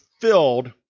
filled